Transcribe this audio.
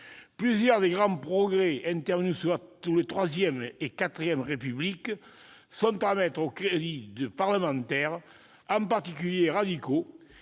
Plusieurs des grands progrès intervenus sous la IIIet la IV République sont à mettre au crédit de parlementaires, en particulier les radicaux,